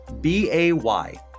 B-A-Y